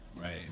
Right